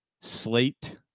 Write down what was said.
slate